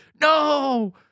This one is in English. No